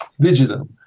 digital